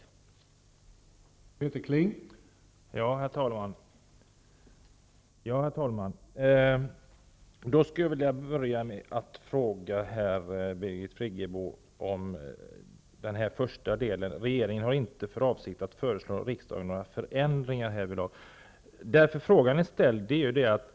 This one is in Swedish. Då Bert Karlsson, som framställt frågan, anmält att han var förhindrad att närvara vid sammanträdet, medgav tredje vice talmannen att Peter Kling i stället fick delta i överläggningen.